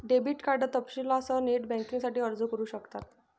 debit card तपशीलांसह net बँकिंगसाठी अर्ज करू शकतात